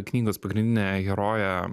knygos pagrindinė herojė